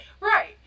Right